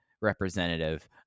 representative